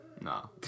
No